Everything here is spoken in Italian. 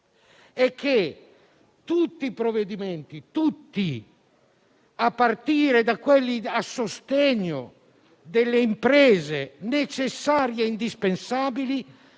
Tutti i provvedimenti, a partire da quelli a sostegno delle imprese necessarie e indispensabili,